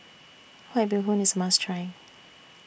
White Bee Hoon IS A must Try